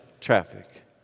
traffic